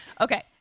Okay